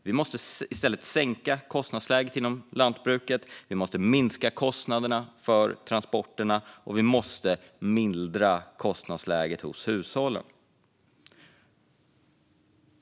Vi måste i stället sänka kostnadsläget inom lantbruket, minska kostnaderna för transporter och mildra kostnadsläget för hushållen.